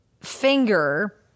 Finger